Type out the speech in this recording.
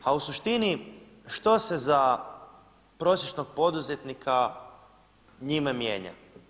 A u suštini što se za prosječnog poduzetnika njime mijenja?